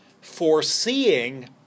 foreseeing